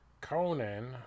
Conan